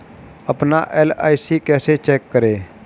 अपना एल.आई.सी कैसे चेक करें?